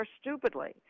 stupidly